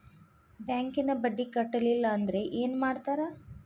ಬ್ಯಾಂಕಿನ ಬಡ್ಡಿ ಕಟ್ಟಲಿಲ್ಲ ಅಂದ್ರೆ ಏನ್ ಮಾಡ್ತಾರ?